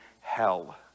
hell